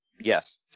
Yes